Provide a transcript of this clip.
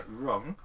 wrong